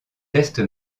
test